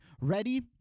Ready